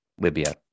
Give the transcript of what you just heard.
libya